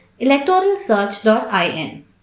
electoralsearch.in